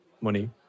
money